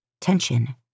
tension